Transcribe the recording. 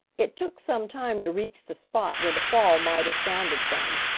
it took some time to reach the spot where the fall might have sounded from,